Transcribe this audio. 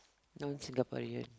non Singaporean